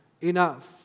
enough